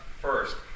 first